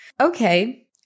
Okay